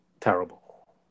terrible